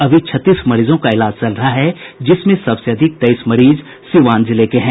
अभी छत्तीस मरीजों का इलाज चल रहा है जिसमें सबसे अधिक तेईस मरीज सिवान जिले के हैं